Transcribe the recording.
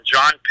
John